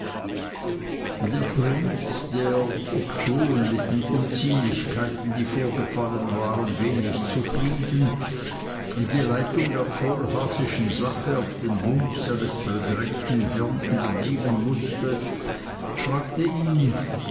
der prinz der obschon mit den unziemlichkeiten die vorgefallen waren wenig zufrieden die leitung der kohlhaasischen sache auf den wunsch seines bedrängten herrn übernehmen mußte fragte ihn